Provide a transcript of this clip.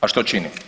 A što čini?